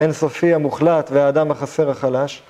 אין סופי המוחלט והאדם החסר החלש